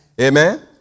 Amen